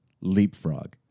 Leapfrog